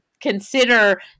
consider